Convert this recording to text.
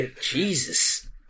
Jesus